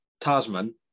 Tasman